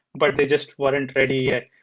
but they just weren't ready yet.